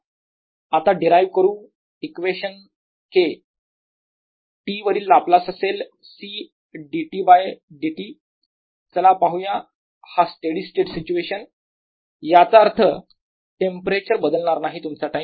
kT C∂T∂t k2TC∂T∂t तर चला आता डिरायव करु इक्वेशन K T वरील लाप्लास असेल C dT बाय dt चला पाहुया हा स्टेडी स्टेट सिच्युएशन याचा अर्थ टेंपरेचर बदलणार नाही तुमचा टाईम